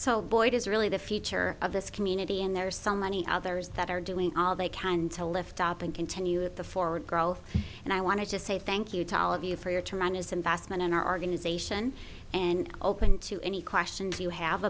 so boyd is really the future of this community and there are so many others that are doing all they can to lift up and continue with the forward growth and i want to just say thank you to all of you for your to run is investment in our organization and open to any questions you have